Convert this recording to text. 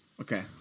Okay